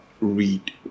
read